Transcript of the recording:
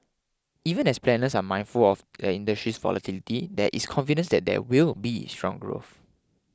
even as planners are mindful of the industry's volatility there is confidence that there will be strong growth